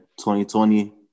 2020